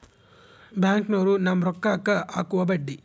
ಬ್ಯಾಂಕ್ನೋರು ನಮ್ಮ್ ರೋಕಾಕ್ಕ ಅಕುವ ಬಡ್ಡಿ